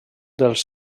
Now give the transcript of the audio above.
dels